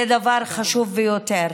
זה דבר חשוב ביותר.